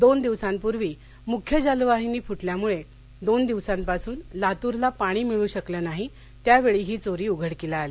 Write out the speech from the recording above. दोन दिवासांपूर्वी मुख्य जलवाहीनी फुटल्यामुळे दोन दिवसांपासून लातूरला पाणी मिळू शकले नाही त्यावेळी ही चोरी उघडकीस आली